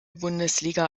bundesliga